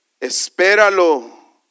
espéralo